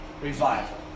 revival